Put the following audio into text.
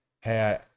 hey